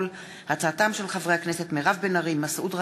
בעקבות דיון מהיר בהצעתם של חברי הכנסת איל בן ראובן